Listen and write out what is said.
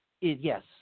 yes